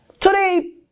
Today